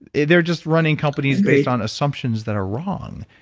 they're just running companies based on assumptions that are wrong.